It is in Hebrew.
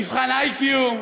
מבחן IQ,